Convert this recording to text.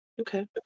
okay